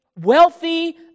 wealthy